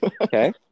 Okay